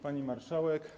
Pani Marszałek!